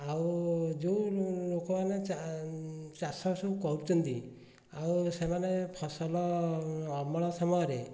ଆଉ ଯୋଉ ଲୋକମାନେ ଚାଷ କରୁଚନ୍ତି ଆଉ ସେମାନେ ଫସଲ ଅମଳ ସମୟରେ